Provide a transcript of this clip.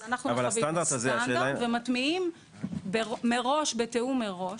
אז אנחנו מביאים את הסטנדרט ומטמיעים בתיאום מראש